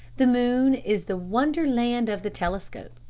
the moon is the wonder-land of the telescope.